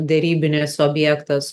derybinis objektas